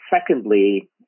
secondly